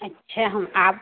अच्छे हम आएब